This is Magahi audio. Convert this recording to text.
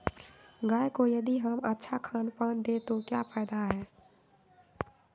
गाय को यदि हम अच्छा खानपान दें तो क्या फायदे हैं?